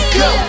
go